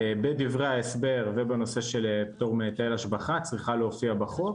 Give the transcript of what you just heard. בדברי ההסבר ובנושא של פטור מהיטל השבחה צריכה להופיע בחוק